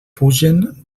pugen